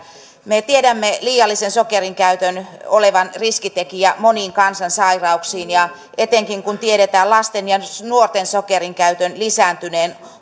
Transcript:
me tiedämme liiallisen sokerinkäytön olevan riskitekijä moniin kansansairauksiin ja etenkin kun tiedetään lasten ja nuorten sokerinkäytön lisääntyneen